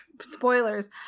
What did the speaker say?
spoilers